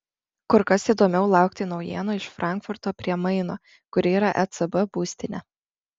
kur kas įdomiau laukti naujienų iš frankfurto prie maino kur yra ecb būstinė